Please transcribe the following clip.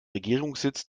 regierungssitz